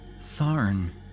Tharn